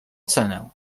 cenę